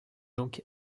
donc